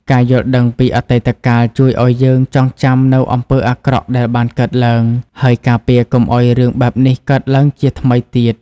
ការយល់ដឹងពីអតីតកាលជួយឲ្យយើងចងចាំនូវអំពើអាក្រក់ដែលបានកើតឡើង ហើយការពារកុំឲ្យរឿងបែបនេះកើតឡើងជាថ្មីទៀត។